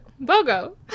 Bogo